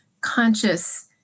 conscious